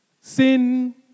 Sin